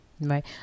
Right